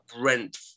Brent